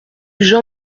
jean